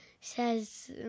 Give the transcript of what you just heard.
says